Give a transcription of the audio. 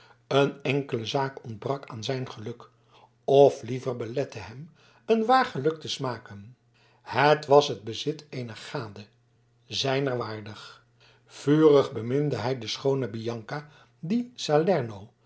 een enkele zaak ontbrak aan zijn geluk of liever belette hem een waar geluk te smaken het was het bezit eener gade zijner waardig vurig beminde hij de schoone bianca di